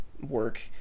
work